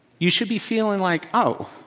you should be feeling like, oh,